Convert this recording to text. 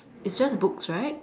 it's just books right